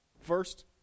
first